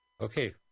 Okay